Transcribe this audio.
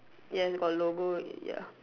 yes got logo ya